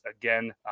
again